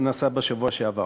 ניסה לעשות בשבוע שעבר.